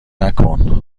نکن